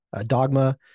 Dogma